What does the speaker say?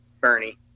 Bernie